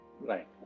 Right